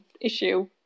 issue